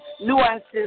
nuances